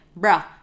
bruh